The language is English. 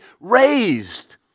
raised